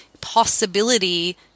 possibility